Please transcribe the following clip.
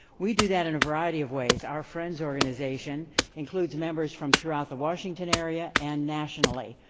we do that in a variety of ways. our friends' organization includes members from throughout the washington area and nationally.